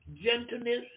gentleness